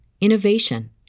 innovation